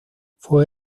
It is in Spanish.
fue